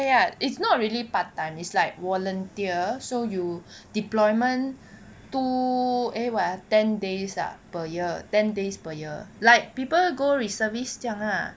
!aiya! it's not really part time is like volunteer so you deployment to eh what ah ten days ah per year ten days per year like people go reservists 这样 lah